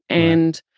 and,